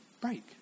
break